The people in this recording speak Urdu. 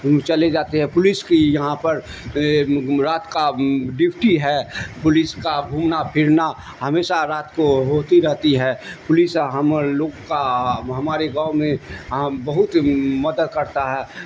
چلے جاتے ہیں پولیس کی یہاں پر رات کا ڈیوٹی ہے پولیس کا گھومنا پھرنا ہمیشہ رات کو ہوتی رہتی ہے پولیس ہم لوگ کا ہمارے گاؤں میں بہت مدد کرتا ہے